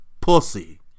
Pussy